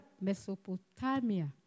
Mesopotamia